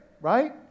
right